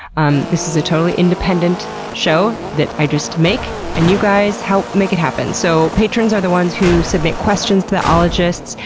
um this is a totally independent show that i just, make, and you guys help make it happen. so patrons are the ones who submit questions to the ologists.